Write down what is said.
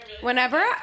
Whenever